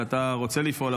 שאתה רוצה לפעול,